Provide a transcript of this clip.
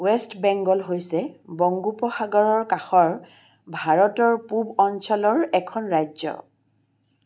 west Bengal হৈছে বংগোপসাগৰৰ কাষৰ ভাৰতৰ পূব অঞ্চলৰ এখন ৰাজ্য